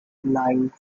nine